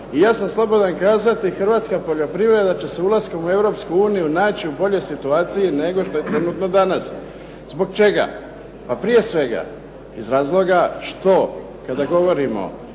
I ja sam slobodan kazati hrvatska poljoprivreda će se ulaskom u Europsku uniju naći u boljoj situaciji nego što je trenutno danas. Zbog čega? Pa prije svega iz razloga što kada govorimo